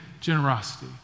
generosity